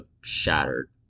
shattered